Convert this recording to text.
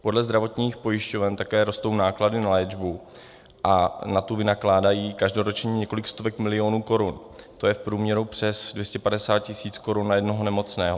Podle zdravotních pojišťoven také rostou náklady na léčbu a na tu vynakládají každoročně kolik stovek milionů korun, to je v průměru přes 250 tisíc korun na jednoho nemocného.